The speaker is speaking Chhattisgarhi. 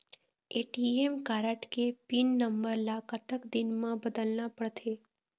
ए.टी.एम कारड के पिन नंबर ला कतक दिन म बदलना पड़थे?